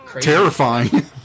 terrifying